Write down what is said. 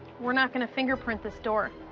we're not going to fingerprint this door.